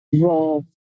role